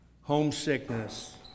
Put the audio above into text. homesickness